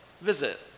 visit